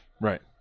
Right